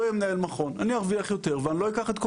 לא אהיה מנהל מכון,